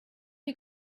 you